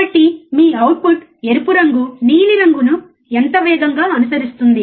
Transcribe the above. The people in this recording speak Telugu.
కాబట్టి మీ అవుట్పుట్ ఎరుపు రంగు నీలి రంగుని ఎంత వేగంగా అనుసరిస్తుంది